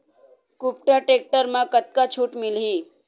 कुबटा टेक्टर म कतका छूट मिलही?